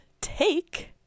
take